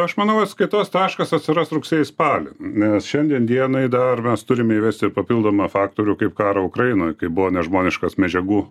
aš manau atskaitos taškas atsiras rugsėjį spalį nes šiandien dienai dar mes turim įvesti papildomą faktorių kaip karą ukrainoj kai buvo nežmoniškas medžiagų